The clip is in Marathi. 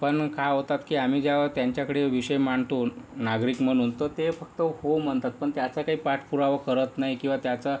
पण काय होतात आम्ही ज्यावेळी त्यांच्याकडे विषय मांडतो नागरिक म्हणून तर ते फक्त हो म्हणतात पण त्याचा काही पाठपुरावा करत नाही किंवा त्याचा